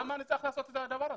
למה אני צריך לעשות את הדבר הזה?